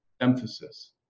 emphasis